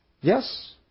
Yes